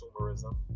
consumerism